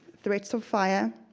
threats of fire,